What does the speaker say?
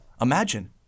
Imagine